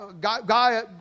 guy